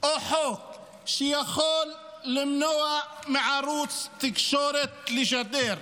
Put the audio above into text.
או חוק שיכולים למנוע מערוץ תקשורת לשדר,